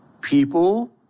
people